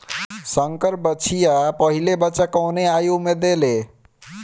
संकर बछिया पहिला बच्चा कवने आयु में देले?